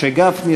משה גפני,